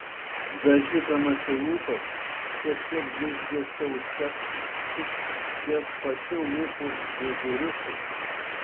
dažydamasi lūpas šiek tiek blizgio užtepk tik ties pačiu lūpų viduriuku